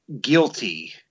guilty